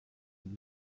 and